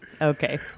Okay